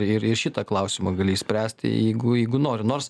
ir ir šitą klausimą gali išspręsti jeigu jeigu nori nors